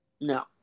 No